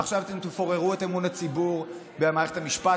עכשיו אתם תפוררו את אמון הציבור במערכת המשפט.